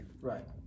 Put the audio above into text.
Right